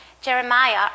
Jeremiah